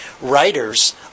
writers